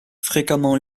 fréquemment